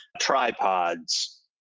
tripods